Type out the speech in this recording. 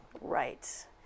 Right